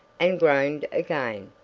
and groaned again.